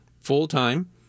full-time